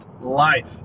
Life